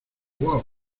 uau